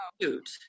cute